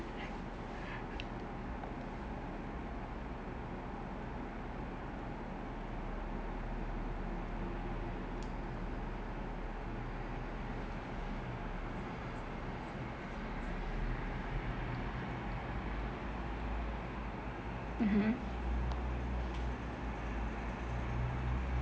(uh huh)